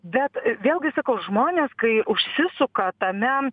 bet vėlgi sakau žmonės kai užsisuka tame